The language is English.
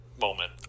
moment